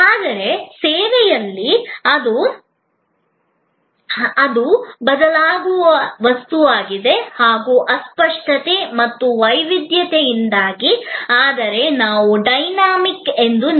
ಆದರೆ ಸೇವೆಯಲ್ಲಿ ಅದು ಬದಲಾಗಬಹುದಾದ ಅಸ್ಪಷ್ಟತೆ ಮತ್ತು ವೈವಿಧ್ಯತೆಯಿಂದಾಗಿ ಆದರೆ ನಾವು ಡೈನಾಮಿಕ್ಸ್ ಅನ್ನು ನಿರ್ವಹಿಸಬೇಕು